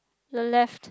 the left